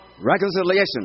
reconciliation